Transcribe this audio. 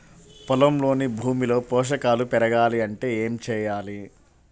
పొలంలోని భూమిలో పోషకాలు పెరగాలి అంటే ఏం చేయాలి?